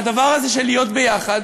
מהדבר הזה של להיות ביחד.